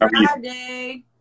Friday